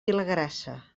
vilagrassa